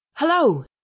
Hello